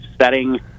setting